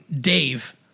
Dave